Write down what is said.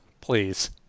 Please